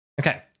Okay